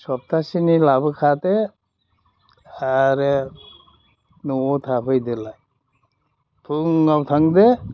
सबथाहसेनि लाबोखादो आरो न'आव थाफैदोलाय फुङाव थांदो